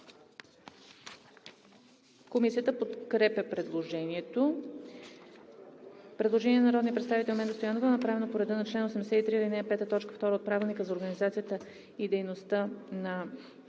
Комисията подкрепя предложението. Предложение на народния представител Менда Стоянова, направено по реда на чл. 83, ал. 5, т. 2 от Правилника за организацията и дейността на